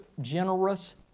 generous